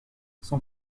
son